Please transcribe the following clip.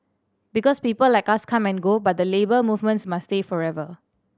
because people like us come and go but the Labour Movements must stay forever